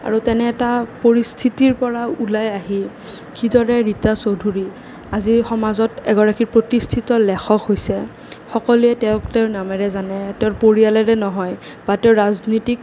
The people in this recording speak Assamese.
আৰু তেনে এটা পৰিস্থিতিৰ পৰা ওলাই আহি কিদৰে ৰীতা চৌধুৰী আজি সমাজত এগৰাকী প্ৰতিষ্ঠিত লেখক হৈছে সকলোৱে তেওঁক তেওঁৰ নামেৰে জানে তেওঁৰ পৰিয়ালেৰে নহয় বা তেওঁ ৰাজনীতিক